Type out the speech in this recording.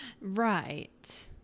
right